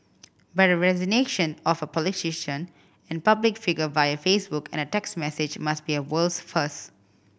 but a resignation of a politician and public figure via Facebook and a text message must be a world's first